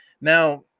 Now